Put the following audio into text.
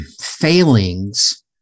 failings